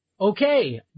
okay